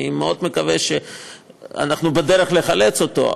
אני מאוד מקווה שאנחנו בדרך לחלוץ אותו,